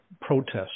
protests